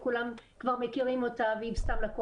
כל מקום שאפשר לשים בו מחצלת,